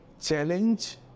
Challenge